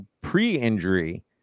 pre-injury